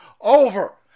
over